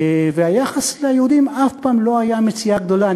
והיחס ליהודים אף פעם לא היה מציאה גדולה,